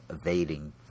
evading